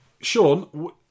Sean